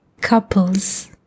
couples